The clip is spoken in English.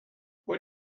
what